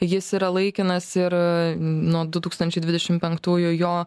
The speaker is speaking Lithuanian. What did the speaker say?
jis yra laikinas ir nuo du tūkstančiai dvidešim penktųjų jo